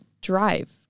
drive